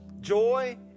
joy